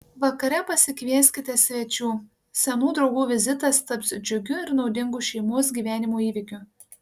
vakare pasikvieskite svečių senų draugų vizitas taps džiugiu ir naudingu šeimos gyvenimo įvykiu